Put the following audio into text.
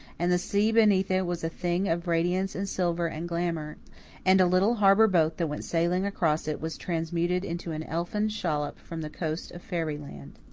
and the sea beneath it was a thing of radiance and silver and glamour and a little harbour boat that went sailing across it was transmuted into an elfin shallop from the coast of fairyland.